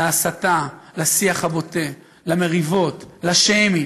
להסתה, לשיח הבוטה, למריבות, לשיימינג.